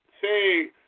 say